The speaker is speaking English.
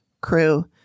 crew